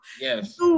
Yes